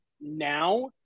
now